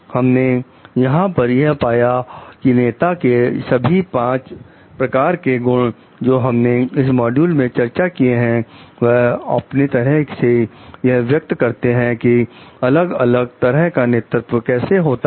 हमने यहां पर यह पाया है कि नेता के सभी पांच प्रकार के गुण जो हमने इस मॉड्यूल में चर्चा किए हैं वह अपने तरह से यह व्यक्त करते हैं कि अलग अलग तरह का नेतृत्व कैसा होता है